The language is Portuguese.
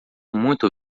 muito